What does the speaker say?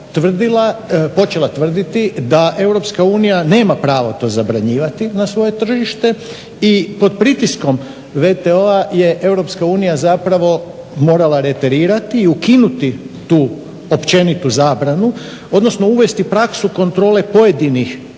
počela tvrditi da EU nema pravo to zabranjivati na svoje tržište i pod pritiskom WTO-a je EU zapravo morala reterirati i ukinuti tu općenitu zabranu, odnosno uvesti praksu kontrole pojedinih